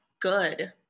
good